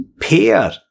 pair